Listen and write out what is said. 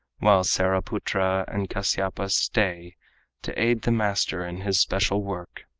while saraputra and kasyapa stay to aid the master in his special work.